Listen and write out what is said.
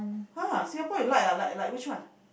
!huh! Singapore you like ah like like which one